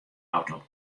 auto